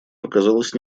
показалось